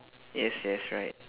yes that's right